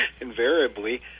invariably